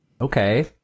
okay